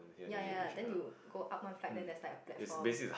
ya ya ya then you go up one flight then there's like a platform